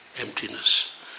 emptiness